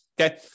Okay